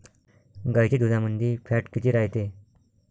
गाईच्या दुधामंदी फॅट किती रायते?